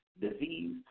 disease